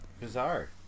bizarre